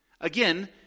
Again